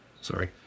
Sorry